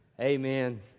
Amen